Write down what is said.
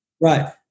Right